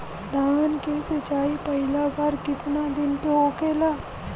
धान के सिचाई पहिला बार कितना दिन पे होखेला?